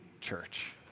church